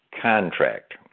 contract